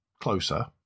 closer